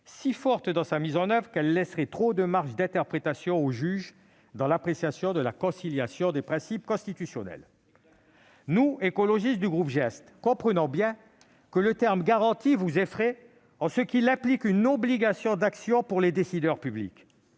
si forte dans sa mise en oeuvre qu'elle laisserait trop de marge d'interprétation au juge dans l'appréciation de la conciliation des principes constitutionnels. Exactement ! Nous, écologistes du groupe GEST, comprenons bien que le verbe « garantir » vous effraie en ce qu'il implique une obligation d'action pour les décideurs publics.